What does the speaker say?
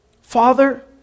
Father